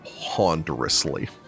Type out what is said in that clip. ponderously